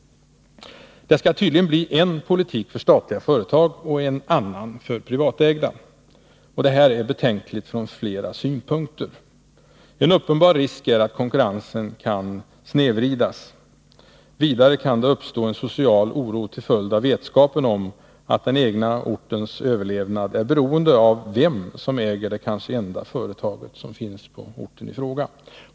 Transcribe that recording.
Det skall tydligen bli en politik för statliga företag och en annan för privatägda. Det är betänkligt från flera synpunkter. En uppenbar risk är att konkurrensen kan snedvridas. Vidare kan det uppstå en social oro till följd av vetskapen om att den egna ortens överlevnad är beroende av vem som äger det kanske enda företag som finns på orten i fråga.